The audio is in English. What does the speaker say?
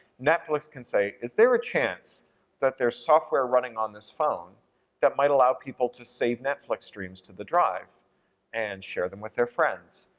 netflix can say is there a chance that there's software running on this phone that might allow people to save netflix streams to the drive and share them with their friends?